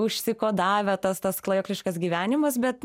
užsikodavę tas tas klajokliškas gyvenimas bet